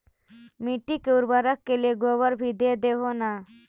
मिट्टी के उर्बरक के लिये गोबर भी दे हो न?